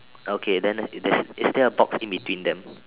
okay then the there's is there a box in between them